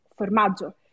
formaggio